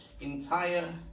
entire